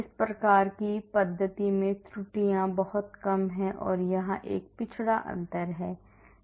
इस प्रकार की पद्धति में त्रुटियां बहुत कम हैं या एक पिछड़ा अंतर है